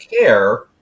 care